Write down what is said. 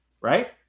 right